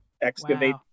excavate